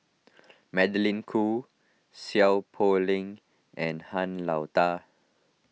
Magdalene Khoo Seow Poh Leng and Han Lao Da